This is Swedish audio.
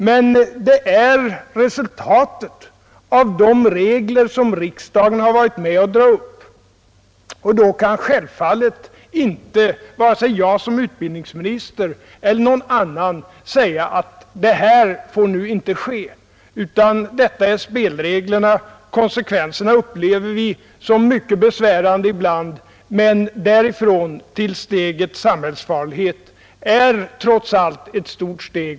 Men det är resultatet av de regler som riksdagen har varit med om att dra upp, och då kan självfallet inte vare sig jag som utbildningsminister eller någon annan säga: ”Det här får inte ske! ” Spelreglerna är sådana. Konsekvenserna upplever vi som mycket besvärande ibland, men därifrån till samhällsfarlighet är det trots allt ett stort steg.